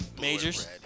Majors